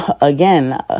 again